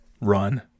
Run